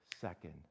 second